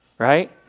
Right